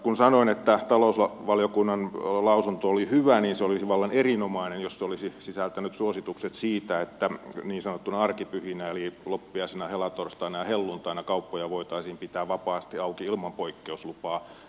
kun sanoin että talousvaliokunnan lausunto oli hyvä niin se olisi vallan erinomainen jos se olisi sisältänyt suositukset siitä että niin sanottuina arkipyhinä eli loppiaisena helatorstaina ja helluntaina kauppoja voitaisiin pitää vapaasti auki ilman poikkeuslupaa